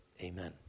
Amen